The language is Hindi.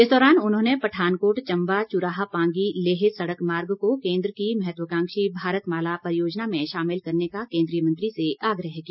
इस दौरान उन्होंने पठानकोट चम्बा चुराह पांगी लेह सड़क मार्ग को केन्द्र की महत्वकांक्षी भारतमाला परियोजना में शामिल करने का केन्द्रीय मंत्री से आग्रह किया